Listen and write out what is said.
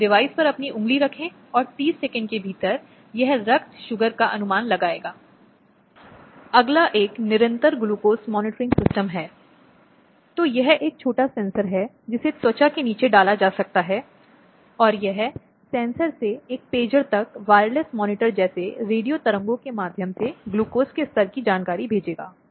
हालाँकि यहां तक कि भारतीय दंड संहिता बनाना भी विशेष रूप से महिलाओं के विषय में स्पष्ट रूप से तब समाज में प्रचलित नैतिकता की धारणा और महिलाओं की माध्यमिक स्थिति इंगित करता है